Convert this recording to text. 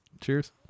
Cheers